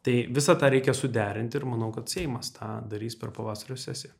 tai visą tą reikia suderinti ir manau kad seimas tą darys per pavasario sesiją